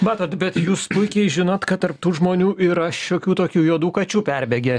matot bet jūs puikiai žinot kad tarp tų žmonių yra šiokių tokių juodų kačių perbėgę